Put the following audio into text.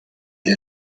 est